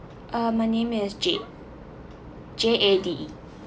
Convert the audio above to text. uh my name as jade J A D E